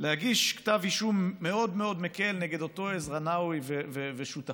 להגיש כתב אישום מאוד מאוד מקל נגד אותו עזרא נאווי ושותפיו,